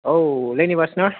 आव लेनिभार्स ना